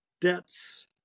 debts